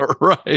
Right